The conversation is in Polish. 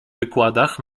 wykładach